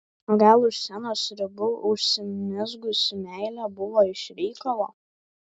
o gal už scenos ribų užsimezgusi meilė buvo iš reikalo